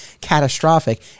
catastrophic